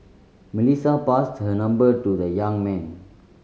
Melissa passed her number to the young man